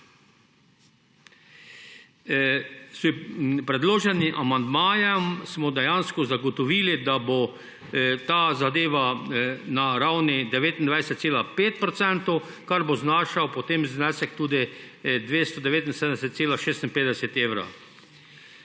predloženim amandmajem smo dejansko zagotovili, da bo ta zadeva na ravni 29,5 %, kar bo potem znašal znesek tudi 279,56 evra.